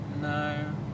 No